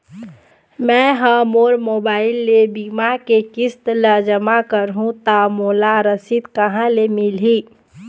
मैं हा मोर मोबाइल ले बीमा के किस्त ला जमा कर हु ता मोला रसीद कहां ले मिल ही?